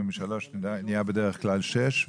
וזה נהיה בדרך כלל שש,